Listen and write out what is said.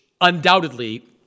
undoubtedly